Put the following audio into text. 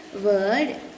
word